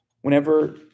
Whenever